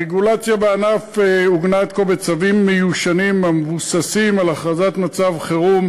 הרגולציה בענף עוגנה עד כה בצווים מיושנים המבוססים על הכרזת מצב חירום